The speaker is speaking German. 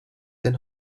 denn